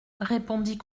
répondit